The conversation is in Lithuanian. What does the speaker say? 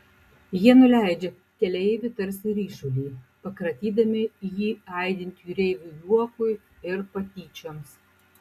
jie nuleidžia keleivį tarsi ryšulį pakratydami jį aidint jūreivių juokui ir patyčioms